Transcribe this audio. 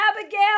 abigail